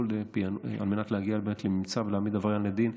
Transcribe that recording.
על מנת להגיע לממצאים ולהעמיד את העבריין לדין.